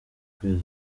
kwezi